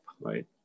right